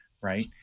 Right